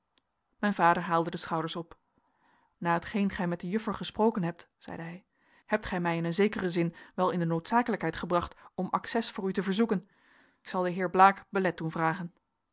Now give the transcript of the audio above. mijn vader haalde de schouders op na hetgeen gij met de juffer gesproken hebt zeide hij hebt gij mij in een zekeren zin wel in de noodzakelijkheid gebracht om acces voor u te verzoeken ik zal den heer blaek belet doen vragen